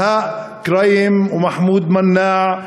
בהאא כרים ומוחמד מנאע ממג'ד-אלכרום,